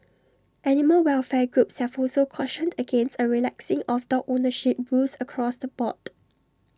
animal welfare groups have also cautioned against A relaxing of dog ownership rules across the board